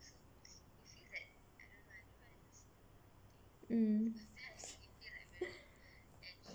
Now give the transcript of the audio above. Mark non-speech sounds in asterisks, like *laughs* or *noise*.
mm *laughs*